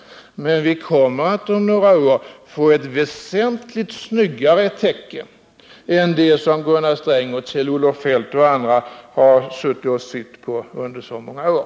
Men vi kommer att om några år ha ett väsentligt snyggare täcke än det som Gunnar Sträng, Kjell-Olof Feldt och andra sydde på under så många år.